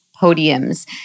podiums